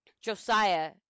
Josiah